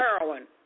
heroin